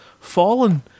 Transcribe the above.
fallen